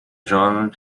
genre